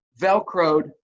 Velcroed